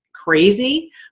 Crazy